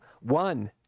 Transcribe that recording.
One